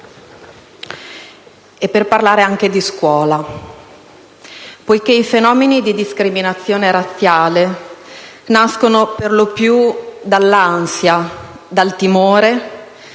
e per parlare anche di scuola, poiché i fenomeni di discriminazione razziale nascono, per lo più, dall'ansia, dal timore